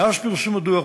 מאז פרסום הדוח,